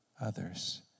others